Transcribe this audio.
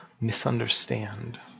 misunderstand